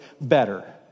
better